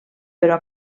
però